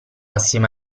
assieme